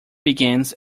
begins